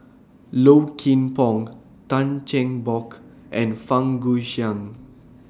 Low Kim Pong Tan Cheng Bock and Fang Guixiang